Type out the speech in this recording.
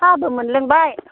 साहाबो मोनलोंबाय